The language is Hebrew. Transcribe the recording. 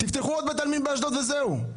תפתחו עוד בית עלמין באשדוד וזהו.